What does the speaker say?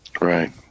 Right